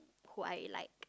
who I like